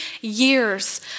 years